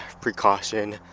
precaution